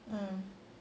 um